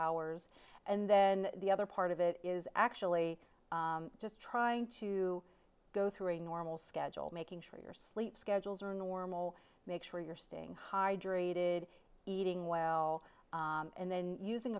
hours and then the other part of it is actually just trying to go through a normal schedule making sure your sleep schedules are normal make sure you're staying hydrated eating well and then using